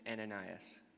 Ananias